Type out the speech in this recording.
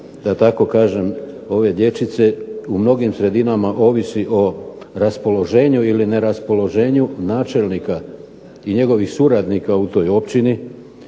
Praktički sudbina ove dječice u mnogim sredinama ovisi o raspoloženju ili neraspoloženju načelnika i njegovih suradnika u toj općini